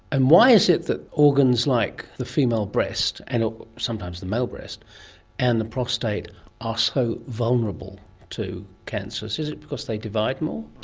and why is it that organs like the female breast and sometimes the male breast and the prostate are so vulnerable to cancers? is it because they divide more?